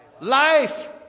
Life